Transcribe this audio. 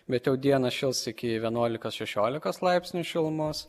bet jau dieną šils iki vienuolikos šešiolikos laipsnių šilumos